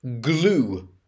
glue